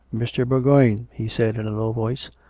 mr. bourgoign, he said in a low voice,